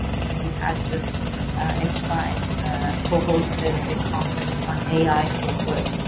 we had just x prize co-hosted a conference on ai for good.